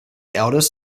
eldest